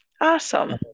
Awesome